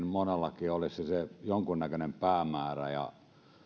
monellakin olisi se jonkunnäköinen päämäärä ja